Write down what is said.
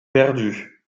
perdu